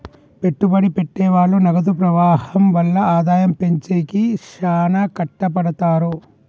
పెట్టుబడి పెట్టె వాళ్ళు నగదు ప్రవాహం వల్ల ఆదాయం పెంచేకి శ్యానా కట్టపడతారు